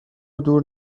دور